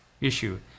issue